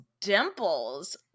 dimples